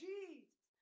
Jesus